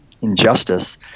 injustice